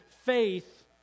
faith